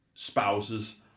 spouses